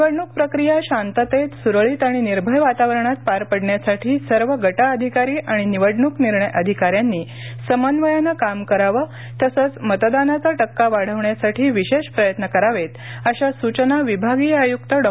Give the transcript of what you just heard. निवडण्क प्रक्रीया शांततेत सुरळीत आणि निर्भय वातावरणात पार पडण्यासाठी सर्व गट अधिकारी आणि निवडणूक निर्णय अधिकाऱ्यांनी समन्वयानं काम करावं तसंच मतदानाचा टक्का वाढविण्यासाठी विशेष प्रयत्न करावा अशा सूचना विभागीय आयुक्त डॉ